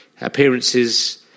appearances